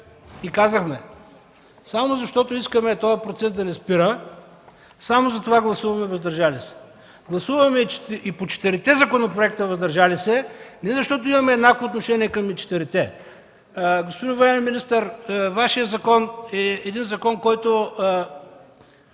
и казахме: „Само защото искаме този процес да не спира, само затова гласуваме „въздържали се”. Гласуваме и по четирите законопроекта „въздържали се” не защото имаме еднакво отношение и към четирите. Господин военен министър, Вашият закон е един закон, който